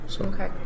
Okay